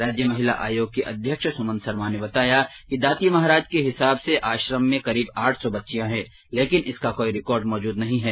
राज्य महिला आयोग की अध्यक्ष सुमन शर्मा ने बताया कि दाती महाराज के हिसाब से आश्रम में करीब आठ सौ बच्चियां हैं लेकिन इसका कोई रिकॉर्ड मौजूद नहीं है